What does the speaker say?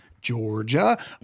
Georgia